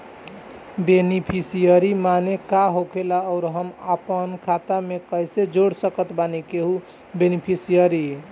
Beneficiary माने का होखेला और हम आपन खाता मे कैसे जोड़ सकत बानी केहु के बेनीफिसियरी?